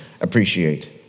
Appreciate